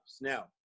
Now